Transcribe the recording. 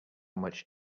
much